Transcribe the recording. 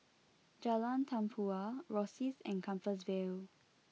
Jalan Tempua Rosyth and Compassvale